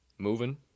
Moving